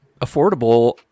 affordable